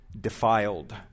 defiled